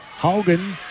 Haugen